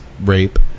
rape